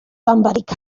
cut